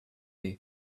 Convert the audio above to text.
hiv